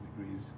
degrees